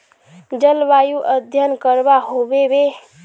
जलवायु अध्यन करवा होबे बे?